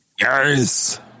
yes